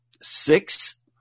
six